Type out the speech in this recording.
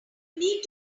need